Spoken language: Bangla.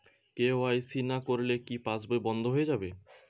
কে.ওয়াই.সি না করলে কি পাশবই বন্ধ হয়ে যাবে?